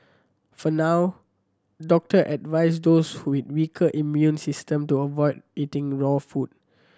for now doctor advise those with weaker immune system to avoid eating raw food